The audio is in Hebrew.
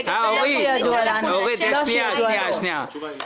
לגבי התוכנית שנאשר התשובה היא לא.